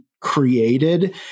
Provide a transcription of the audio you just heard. created